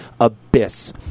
Abyss